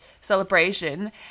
celebration